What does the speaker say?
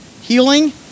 healing